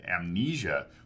amnesia